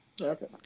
Okay